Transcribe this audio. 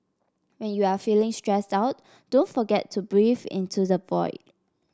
when you are feeling stressed out don't forget to breathe into the void